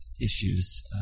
issues